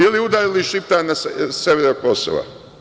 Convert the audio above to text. Ili, udarili Šiptari na severu Kosova.